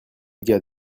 gars